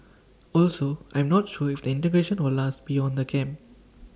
also I'm not sure if the integration will last beyond the camp